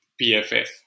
pff